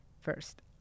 first